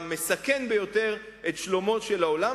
המסכן ביותר את שלומו של העולם,